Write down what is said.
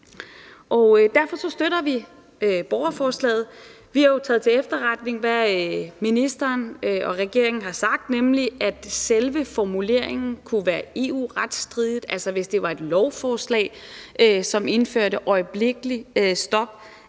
Derfor støtter vi i borgerforslaget. Vi har jo taget til efterretning, hvad ministeren og regeringen har sagt, nemlig at selve formuleringen kunne være EU-retsstridig. Altså, hvis det var et lovforslag, der indførte et øjeblikkeligt stop